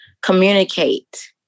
communicate